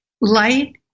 Light